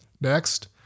Next